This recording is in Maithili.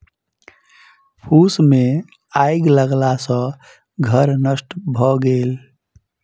फूस मे आइग लगला सॅ घर नष्ट भ गेल